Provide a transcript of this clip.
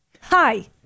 Hi